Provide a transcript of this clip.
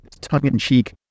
tongue-in-cheek